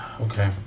Okay